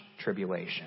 tribulation